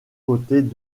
côtés